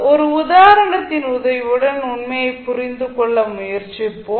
ஒரு உதாரணத்தின் உதவியுடன் உண்மையைப் புரிந்து கொள்ள முயற்சிப்போம்